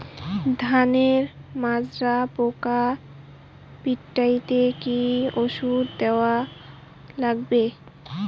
ধানের মাজরা পোকা পিটাইতে কি ওষুধ দেওয়া লাগবে?